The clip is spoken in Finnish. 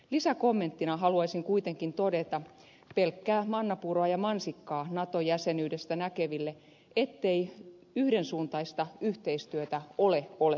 lisäkommenttina haluaisin kuitenkin todeta pelkkää mannapuuroa ja mansikkaa nato jäsenyydestä näkeville ettei yhdensuuntaista yhteistyötä ole olemassa